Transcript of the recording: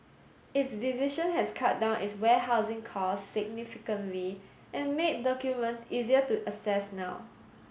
its decision has cut down its warehousing costs significantly and made documents easier to access now